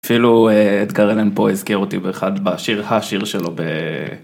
אפילו אדגר אלן פה הזכיר אותי באחד ב..השיר, השיר שלו ב...